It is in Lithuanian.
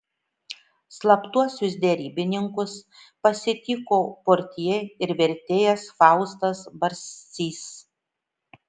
slaptuosius derybininkus pasitiko portjė ir vertėjas faustas barsys